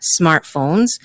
smartphones